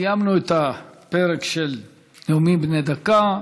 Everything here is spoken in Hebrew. סיימנו את הפרק של נאומים בני דקה.